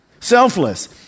selfless